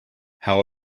how